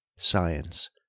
Science